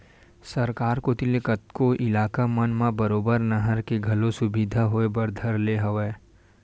सरकार कोती ले कतको इलाका मन म बरोबर नहर के घलो सुबिधा होय बर धर ले हवय